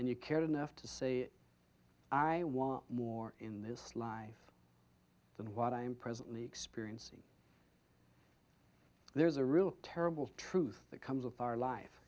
and you cared enough to say i want more in this life than what i am presently experiencing there is a real terrible truth that comes with our life